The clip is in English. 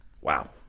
Wow